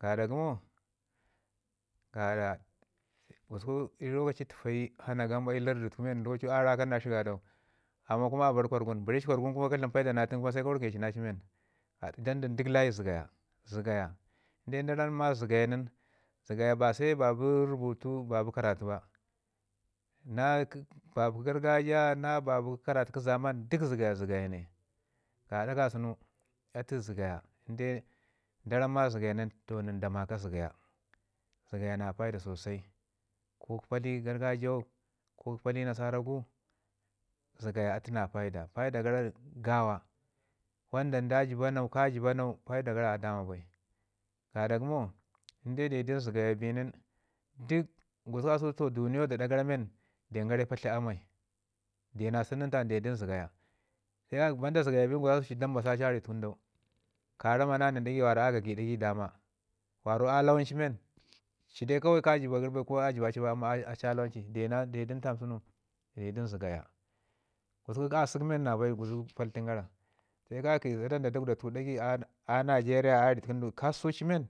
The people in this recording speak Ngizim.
gaɗa gəmo gaɗa lakwfu tufayi hanagamba ii lardi tuku men lakwtu a rakan na shi gaɗau amman kuma a bar kwargun ba ri ci kwargun nin inde ka dlam paida na atu nin se ka warke ti na ci men. Jand duk layin su daya zəgaya, inde da ramma zəgaya nin se babu rubutu ba bi karatu ba na babi gargajiya na ba bi karatu kə zaman duk zəgaya zəgaya ne. Gaɗa ka sunu atu zəgaya da ramma zəgaya nin nən da maka zəgaya zəgaya na paida sosai ko kə pali gargajiya gu ko kə pali nasara gu zəgaya atu na paida, paida gara gawa wanda dii jəba nau da jəbanau paida gara a dama bai gaɗa gəmo in de deu du nin zəgaya bi nin duk gusku kasau so duniyau da ɗa gara men den gara a patlah amai den sunu nin tam deu du nin zagaya. Se ka ki gususku ci nda mbasa ci a ritukun dau ka rama na nən ɗagai wara a gagi ɗagai dama wara a lawan ci men ci dai kawai ka jiba gəri ko a jiba ci bai amma a lawan ci. De na sun nin tam de du nin zəgaya. Gusku asək men na bai asək paltin gara se ka ki se ka ki zaɗa nda dagwda tuku a Nigeria ritukun dau səsu men,